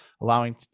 allowing